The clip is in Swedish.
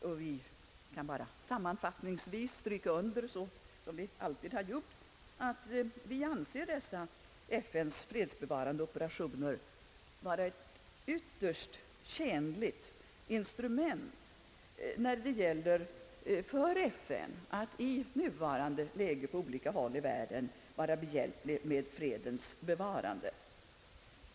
Jag kan bara sammanfattningsvis stryka under, som vi alltid har gjort, att vi anser dessa FN:s fredsbevarande operationer vara ett ytterst tjänligt instrument när det gäller för FN att i nuvarande läge på olika håll i världen vara behjälplig med fredens bevarande.